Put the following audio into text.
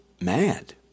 mad